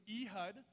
Ehud